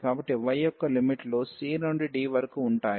కాబట్టి y యొక్క లిమిట్లు c నుండి d వరకు ఉంటాయి